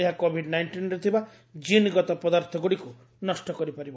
ଏହା କୋଭିଡ୍ ନାଇଷ୍ଟିନ୍ରେ ଥିବା ଜିନ୍ ଗତ ପଦାର୍ଥଗୁଡ଼ିକୁ ନଷ୍ଟ କରିପାରିବ